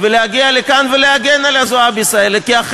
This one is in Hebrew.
ולהגיע לכאן ולהגן על הזועבי'ז האלה,